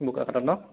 বোকাখাটত ন